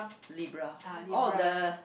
Libra oh the